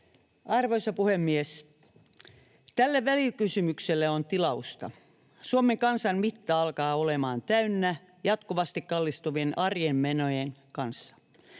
Arvoisa puhemies! Tälle välikysymykselle on tilausta. Suomen kansan mitta alkaa olemaan täynnä jatkuvasti kallistuvien arjen menojen kanssa.